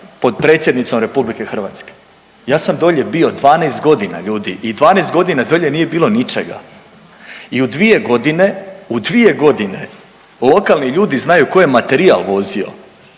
potpredsjednicom RH, ja sam dolje bio 12 godina ljudi i 12 godina dolje nije bilo ničega i u dvije godine, u dvije godine lokalni ljudi znaju ko je materijal vozio,